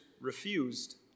refused